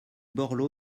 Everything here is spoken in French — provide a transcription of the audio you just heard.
borloo